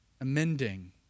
amending